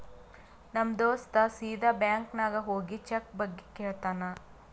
ನಮ್ ದೋಸ್ತ ಸೀದಾ ಬ್ಯಾಂಕ್ ನಾಗ್ ಹೋಗಿ ಚೆಕ್ ಬಗ್ಗೆ ಕೇಳ್ತಾನ್